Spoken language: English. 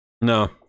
No